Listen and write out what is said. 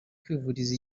kwivuriza